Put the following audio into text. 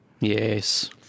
yes